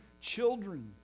children